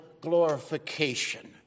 glorification